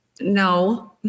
no